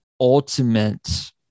ultimate